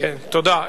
תודה.